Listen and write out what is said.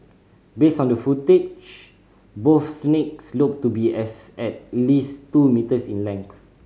based on the footage both snakes looked to be as at least two metres in length